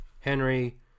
Henry